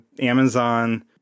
Amazon